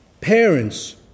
parents